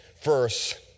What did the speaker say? first